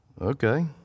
Okay